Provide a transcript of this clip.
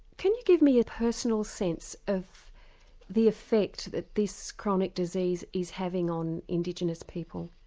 can you give me a personal sense of the effect that this chronic disease is having on indigenous people?